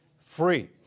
free